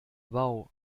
wow